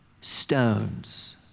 stones